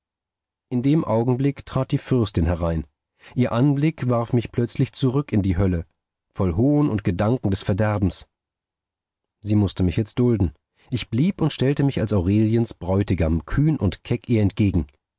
in dem augenblick trat die fürstin herein ihr anblick warf mich plötzlich zurück in die hölle voll hohn und gedanken des verderbens sie mußte mich jetzt dulden ich blieb und stellte mich als aureliens bräutigam kühn und keck ihr entgegen